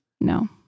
No